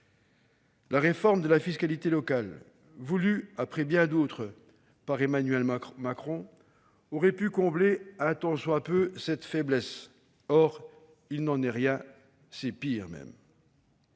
La réforme de la fiscalité locale voulue, après bien d'autres, par Emmanuel Macron aurait pu combler un tant soit peu cette faiblesse. Or il n'en est rien. C'est pire.